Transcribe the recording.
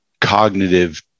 cognitive